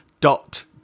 Dot